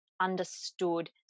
understood